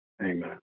Amen